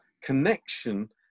connection